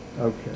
Okay